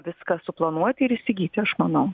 viską suplanuoti ir įsigyti aš manau